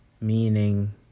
meaning